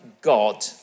God